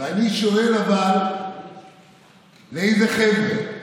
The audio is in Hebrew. ואני שואל: אבל לאיזה חבר'ה?